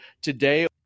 Today